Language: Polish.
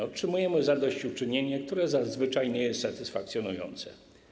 Otrzymujemy zadośćuczynienie, które zazwyczaj nie jest satysfakcjonujące.